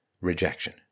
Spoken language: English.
rejection